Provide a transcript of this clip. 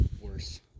worse